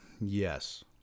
Yes